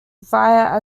via